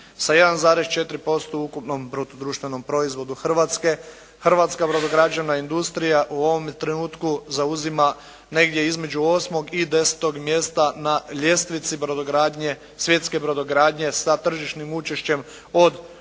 sa 1,4% u ukupnom bruto društvenom proizvodu. Hrvatska brodograđevna industrija u ovom trenutku zauzima negdje između 8. i 10. mjesta na ljestvici brodogradnje, svjetske brodogradnje sa tržišnim učešćem od 0,63%